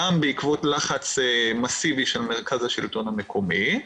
גם בעקבות לחץ מסיבי של מרכז השלטון המקומי,